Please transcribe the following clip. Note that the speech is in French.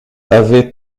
avait